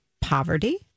poverty